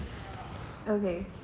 okay